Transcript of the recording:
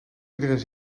iedereen